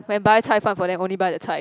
when I buy 菜饭 for them I only buy the 菜